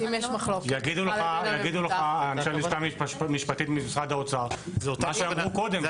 יגידו לך אנשי הלשכה המשפטית ממשרד האוצר מה שאמרו קודם,